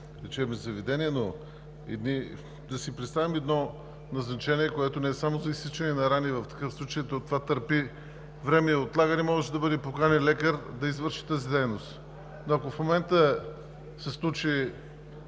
време и отлагане – може да бъде поканен лекар да извърши тази дейност, но ако в момента се случи